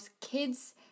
kids